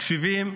מקשיבים,